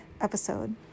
episode